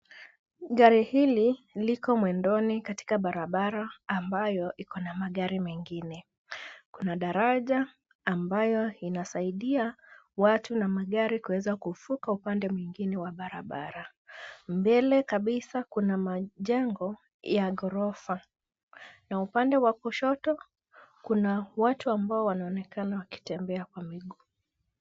Gari hili liko mwendoni katika barabara ambayo iko na magari mengine. Kuna daraja ambayo inasaidia watu na magari kuweza kuvuka upande mwengine wa barabara. Mbele kabisa kuna majengo ya ghorofa na upande wa kushoto kuna watu ambao wanaonekana wakitembea kwa miguu.